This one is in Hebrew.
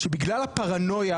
בגלל הפרנויה,